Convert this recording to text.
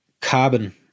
carbon